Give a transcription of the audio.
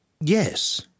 Yes